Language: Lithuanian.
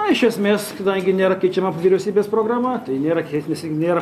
na iš esmės kadangi nėra keičiama vyriausybės programa tai nėra vis tik nėra